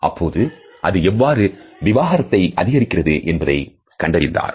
அப்போது அது எவ்வாறு விவாகரத்தை அதிகரிக்கிறது என்பதை கண்டறிந்தார்